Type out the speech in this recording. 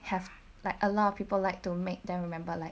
have like a lot of people like to make them remember like